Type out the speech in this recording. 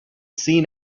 seen